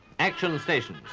action stations,